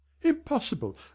impossible